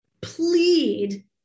plead